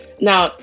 Now